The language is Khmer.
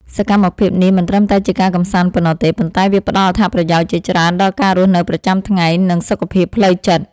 សកម្មភាពនេះមិនត្រឹមតែជាការកម្សាន្តប៉ុណ្ណោះទេ ប៉ុន្តែវាផ្ដល់អត្ថប្រយោជន៍ជាច្រើនដល់ការរស់នៅប្រចាំថ្ងៃ និងសុខភាពផ្លូវចិត្ត។